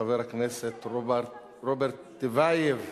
חבר הכנסת רוברט טיבייב.